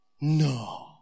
No